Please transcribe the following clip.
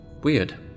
Weird